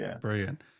Brilliant